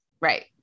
Right